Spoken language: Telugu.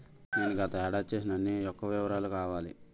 నేను గత ఏడాది చేసిన అన్ని యెక్క వివరాలు కావాలి?